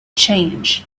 change